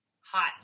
hot